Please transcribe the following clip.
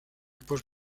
equipos